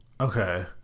Okay